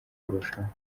kurushaho